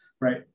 right